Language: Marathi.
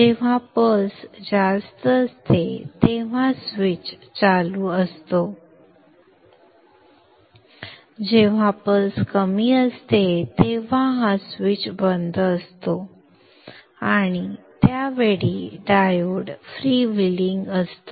जेव्हा पल्स जास्त असते तेव्हा स्विच चालू असतो जेव्हा पल्स कमी असते तेव्हा हा स्विच बंद असतो आणि त्या वेळी डायोड फ्रीव्हीलिंग असतो